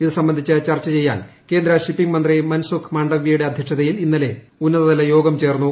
ഇത് സംബന്ധിച്ച് ചർച്ച ചെയ്യാൻ കേന്ദ്ര ഷിപ്പിംഗ് മന്ത്രി മൻസുഖ് മാണ്ഡവൃയുടെ അധൃക്ഷതയിൽ ഉന്നത തലയോഗം ചേർന്നു